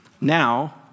Now